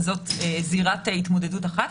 זו זירת התמודדות אחת.